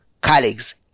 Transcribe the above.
colleagues